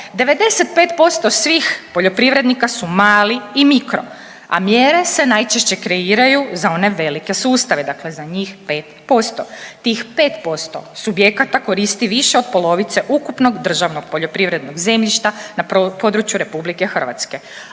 95% svih poljoprivrednika su mali i mikro, a mjere se najčešće kreiraju za one velike sustave, dakle za njih 5%. Tih 5% subjekata koristi više od polovice ukupnog državnog poljoprivrednog zemljišta na području RH, a